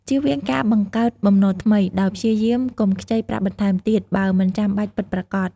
ជៀសវាងការបង្កើតបំណុលថ្មី ដោយព្យាយាមកុំខ្ចីប្រាក់បន្ថែមទៀត បើមិនចាំបាច់ពិតប្រាកដ។